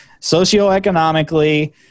socioeconomically